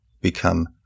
become